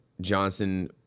Johnson